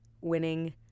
winning